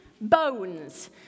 bones